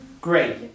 Great